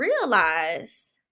realize